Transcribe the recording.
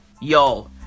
yo